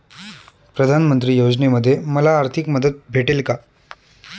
प्रधानमंत्री योजनेमध्ये मला आर्थिक मदत भेटेल का?